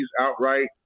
outright